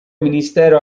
ministero